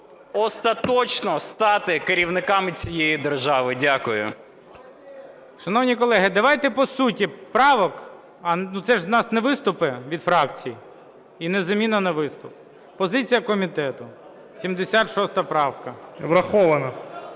остаточно стати керівниками цієї держави. Дякую. ГОЛОВУЮЧИЙ. Шановні колеги, давайте по суті правок, це ж в нас не виступи від фракцій і не заміна на виступ. Позиція комітету. 76 правка. 14:44:52